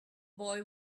boy